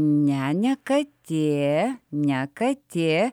ne ne katė ne katė